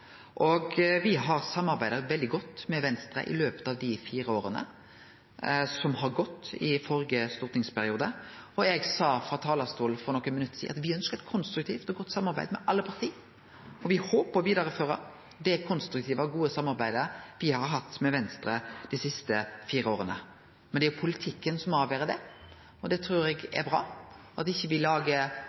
det. Me har samarbeidd veldig godt med Venstre i løpet av dei fire åra som har gått, i førre stortingsperiode. Og eg sa frå talarstolen for nokre minuttar sidan at me ønskjer eit konstruktivt og godt samarbeid med alle parti, og me håper å vidareføre det konstruktive og gode samarbeidet me har hatt med Venstre dei siste fire åra. Men det er jo politikken som avgjer det. Eg trur det er bra at me ikkje